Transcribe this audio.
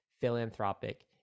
philanthropic